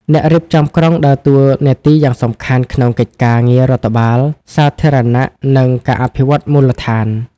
អ្នករៀបចំក្រុងដើរតួនាទីយ៉ាងសំខាន់ក្នុងកិច្ចការងាររដ្ឋបាលសាធារណៈ និងការអភិវឌ្ឍមូលដ្ឋាន។